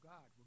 God